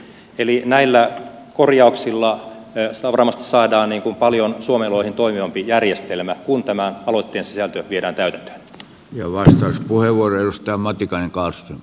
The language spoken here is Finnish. eli näillä korjauksilla varmasti saadaan suomen oloihin paljon toimivampi järjestelmä kun tämä aloitteen sisältö viedään täydet ja varsinaiset puhevuorojen ostoa matikainen täytäntöön